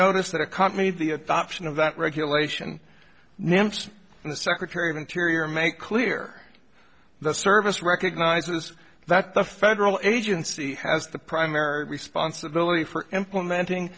notice that accompanied the adoption of that regulation nymphs and the secretary of interior make clear the service recognizes that the federal agency has the primary responsibility for implementing